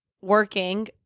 working